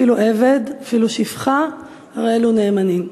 אפילו עבד אפילו שפחה הרי אלו נאמנין,